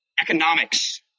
economics